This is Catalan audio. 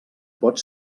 pot